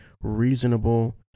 reasonable